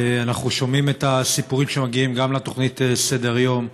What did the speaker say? אנחנו שומעים את הסיפורים שמגיעים גם לתוכנית סדר-יום.